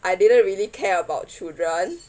I didn't really care about children